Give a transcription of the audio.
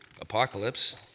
Apocalypse